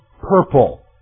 purple